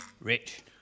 Rich